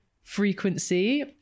frequency